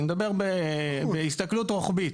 אני מדבר בהסתכלות רוחבית,